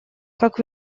как